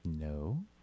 No